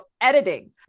editing